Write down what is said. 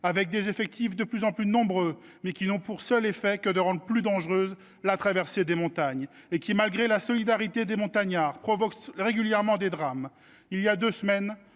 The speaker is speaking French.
des effectifs de plus en plus nombreux, n’a pour seul effet que de rendre plus dangereuse la traversée des montagnes, ce qui, malgré la solidarité des montagnards, provoque régulièrement des drames.